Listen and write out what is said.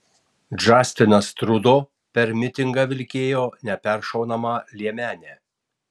džastinas trudo per mitingą vilkėjo neperšaunamą liemenę